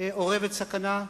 אורבת סכנה?